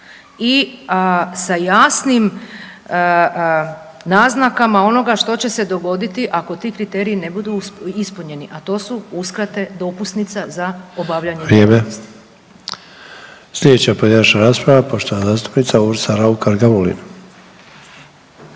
i sa jasnim naznakama onoga što će se dogoditi ako ti kriteriji ne budu ispunjeni, a to su uskrate dopusnica za obavljanje djelatnosti. **Sanader, Ante (HDZ)** Vrijeme. Sljedeća pojedinačna rasprava, uvažena zastupnica Urša Raukar Gamulin.